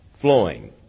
flowing